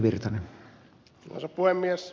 arvoisa puhemies